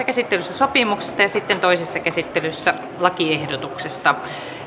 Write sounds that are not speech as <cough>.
<unintelligible> käsittelyssä sopimuksesta ja sitten toisessa käsittelyssä lakiehdotuksesta